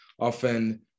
often